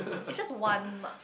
it's just one mark